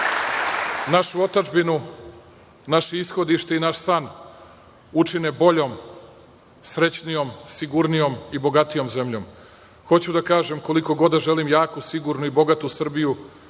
našu otadžbinu, naše ishodište i naš san učine boljom, srećnijom, sigurnijom i bogatijom zemljom. Hoću da kažem, koliko god da želim jaku, sigurnu i bogatu Srbiju,